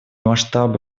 масштабы